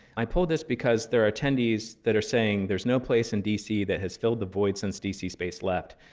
i pulled this because there are attendees that are saying there's no place in dc that has filled the void since d c. space left.